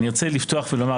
אני ארצה לפתוח ולומר,